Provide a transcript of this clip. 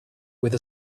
with